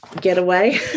getaway